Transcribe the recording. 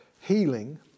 healing